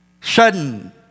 Sudden